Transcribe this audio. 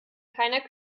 keiner